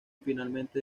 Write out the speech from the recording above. finalmente